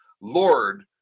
Lord